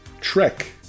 Trek